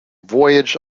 voyaged